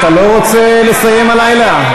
אתה לא רוצה לסיים הלילה?